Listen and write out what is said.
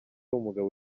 umugabo